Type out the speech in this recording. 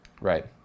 right